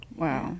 Wow